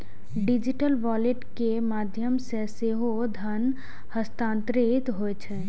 digital wallet के माध्यम सं सेहो धन हस्तांतरित होइ छै